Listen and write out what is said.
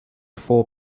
four